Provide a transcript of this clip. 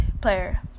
player